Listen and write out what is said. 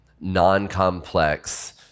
non-complex